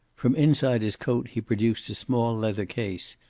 from inside his coat he produced a small leather case,